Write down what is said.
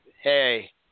Hey